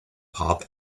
pop